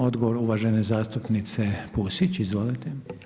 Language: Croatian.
Odgovor uvažene zastupnice Pusić Izvolite.